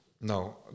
No